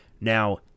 Now